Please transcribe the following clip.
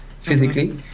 physically